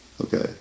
Okay